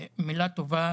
מילה טובה